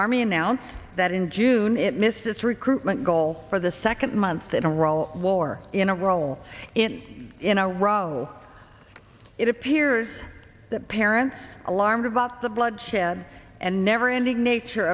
army announced that in june it missed its recruitment goal for the second month in a role war in a role in in a row it appears that parents alarmed about the bloodshed and never ending nature